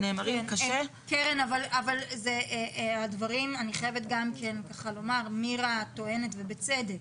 אני חייבת לומר - מירה טוענת ובצדק